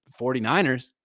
49ers